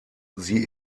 sie